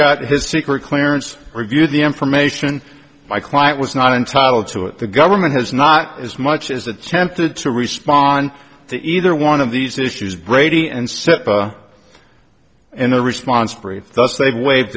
got his secret clearance reviewed the information my client was not entitled to it the government has not as much as attempted to respond to either one of these issues brady and said in a response brief thus they waive